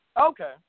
Okay